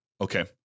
Okay